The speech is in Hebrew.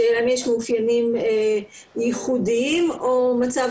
השאלה אם יש מאופיינים ייחודיים או מצב